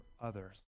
others